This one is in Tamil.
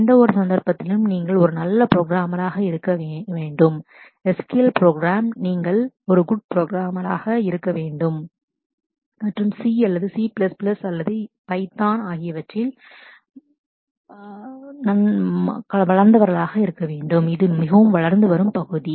எந்தவொரு சந்தர்ப்பத்திலும் நீங்கள் ஒரு நல்ல புரோகிராமராக இருக்க வேண்டும் SQL ப்ரோக்ராம் மற்றும் நீங்கள் ஒரு குட்புரோகிராமராக good program இருக்க வேண்டும் மற்றும் சி C அல்லது C அல்லது இவற்றில் பைத்தான் python ஆனால் அது மிகவும் வளர்ந்து வரும் பகுதி